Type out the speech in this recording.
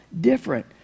different